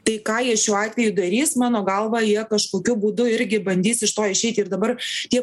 tai ką jie šiuo atveju darys mano galva jie kažkokiu būdu irgi bandys iš to išeiti ir dabar tie